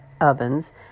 ovens